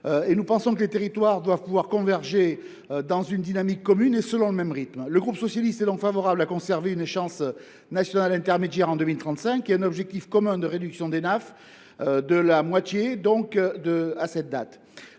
Nous estimons que les territoires doivent pouvoir s’inscrire dans une dynamique commune, en suivant le même rythme. Le groupe socialiste est donc favorable à conserver une échéance nationale intermédiaire en 2035 et un objectif commun de réduction de moitié de la